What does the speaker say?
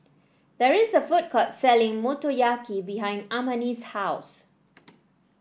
there is a food court selling Motoyaki behind Amani's house